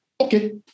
Okay